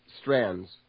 strands